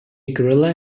gorilla